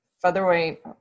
featherweight